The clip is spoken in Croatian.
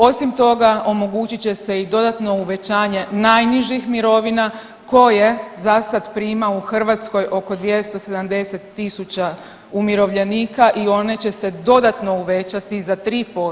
Osim toga, omogućit će se i dodatno uvećanje najnižih mirovina koje za sad prima u Hrvatskoj oko 270 000 umirovljenika i one će se dodatno uvećati za 3%